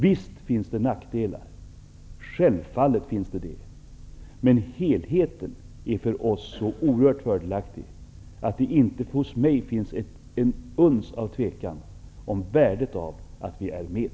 Det finns självfallet nackdelar, men helheten är för oss så oerhört fördelaktig att det hos mig inte finns ett uns av tvivel om värdet av att vi är med.